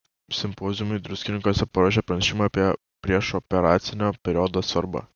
simpoziumui druskininkuose paruošė pranešimą apie priešoperacinio periodo svarbą